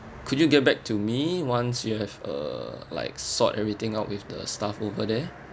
could you get back to me once you have uh like sort everything out with the staff over there